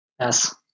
Yes